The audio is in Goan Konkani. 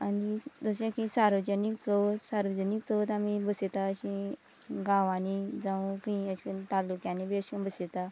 आनी जशें की सार्वजनीक चवथ सार्वजनीक चवथ आमी बसयता अशी गांवांनी जावं खंय अेश कोन्न तालुक्यांनी बी अशें बसयता